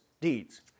deeds